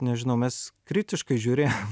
nežinau mes kritiškai žiūrėjom